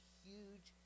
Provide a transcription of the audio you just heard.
huge